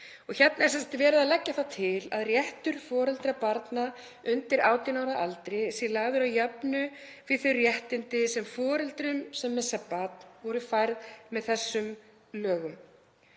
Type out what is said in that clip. Hérna er sem sagt verið að leggja það til að réttur foreldra barna undir 18 ára aldri sé lagður að jöfnu við þau réttindi sem foreldrum sem missa barn voru færð með þessum lögum.